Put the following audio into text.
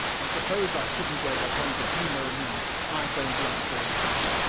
i suppose i shouldn't go back on. but you know me i don't like going down.